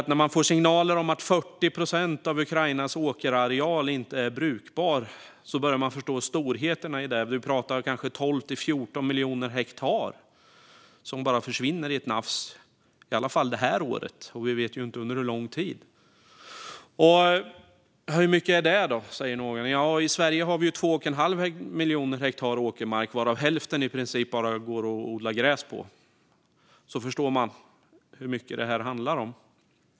När man får signaler om att 40 procent av Ukrainas åkerareal inte är brukbar börjar man att förstå storheterna i detta. Det är kanske 12-14 miljoner hektar som bara försvinner i ett nafs i alla fall det här året, och vi vet ju inte under hur lång tid. Hur mycket är det då? I Sverige har vi 2 1⁄2 miljon hektar åkermark, varav hälften i princip bara går att odla gräs på. Då förstår man hur mycket det här handlar om.